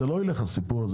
זה לא ילך הסיפור הזה.